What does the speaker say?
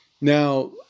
Now